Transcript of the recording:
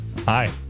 hi